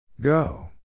Go